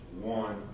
one